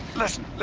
listen.